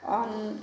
on